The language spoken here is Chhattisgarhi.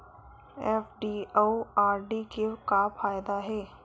एफ.डी अउ आर.डी के का फायदा हे?